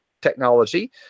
technology